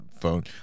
phone